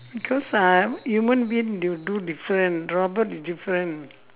because uh human being they will do different robot is different